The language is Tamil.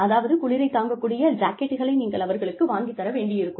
அதாவது குளிரை தாங்க கூடிய ஜாக்கெட்டுகளை நீங்கள் அவர்களுக்கு வாங்கி தர வேண்டியிருக்கும்